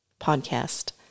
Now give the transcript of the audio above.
podcast